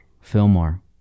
fillmore